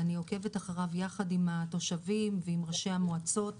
ואני עוקבת אחרי התהליך יחד עם התושבים ועם ראשי המועצות וכולי.